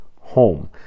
home